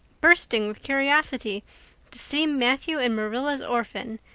bursting with curiosity to see matthew and marilla's orphan,